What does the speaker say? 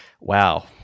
wow